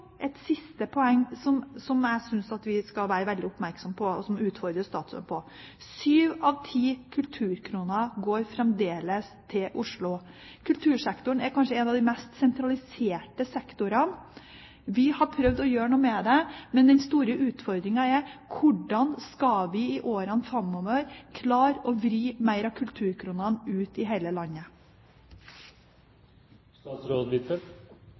et siste poeng som jeg synes vi skal være veldig oppmerksomme på, og som jeg utfordrer statsråden på. Sju av ti kulturkroner går fremdeles til Oslo. Kultursektoren er kanskje en av de mest sentraliserte sektorene. Vi har prøvd å gjøre noe med det, men den store utfordringen er: Hvordan skal vi i årene framover klare å vri mer av kulturkronene ut til hele